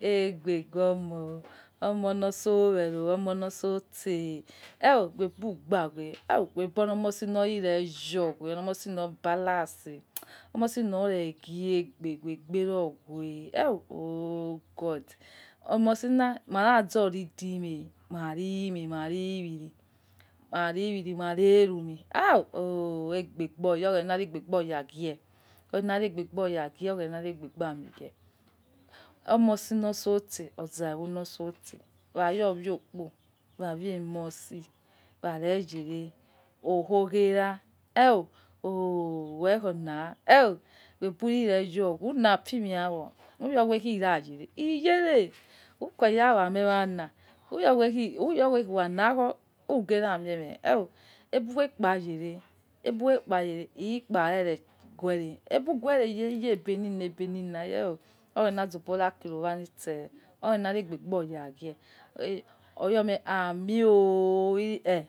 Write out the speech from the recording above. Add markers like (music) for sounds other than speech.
aigbe gbomo omito oseh wero omo lo soseh oh ghu gba khue ghu be olomoshi na yo gha omoshi lo balance omoshi na oreghegbe ghue kere gwe oh! Oh! God. Olomoshina mara za'o rich mel mari iwiri mari iwiri mare erumi (noise) egbe boya oghena regbeyo ghe oghena regbegba oya ghue oghena regbe gba a amin ghe omoshi no sose oza' oh lososeh. Khayo yokpo waye emo shi ware yele oh ho ghera oh wekho na, ghubureyo ulaphimia wo uregbe iya yare iyare ukhue yawame wana uregbe ukha lakho ukhagero wa me aibughe kpa yare aibughe kia yare ikpa rero ghuere aibughuere iyebelela ibelela oghena zobora no kiri owa lishe. (unintelligible) khar boya yo ameen iyo eh!.